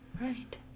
right